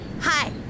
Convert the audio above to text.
hi